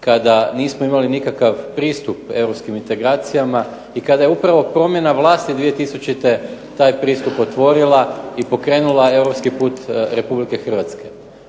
kada nismo imali nikakav pristup europskim integracijama i kada je upravo promjena vlasti 2000. taj pristup otvorila i pokrenula europski put Republike Hrvatske.